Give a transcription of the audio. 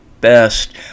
best